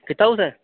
कीता तुसें